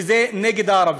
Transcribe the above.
נגד הערבים.